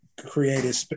created